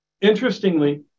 Interestingly